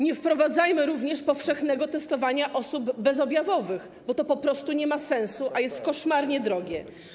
Nie wprowadzajmy również powszechnego testowania osób bezobjawowych, bo to po prostu nie ma sensu, a jest koszmarnie drogie.